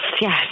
yes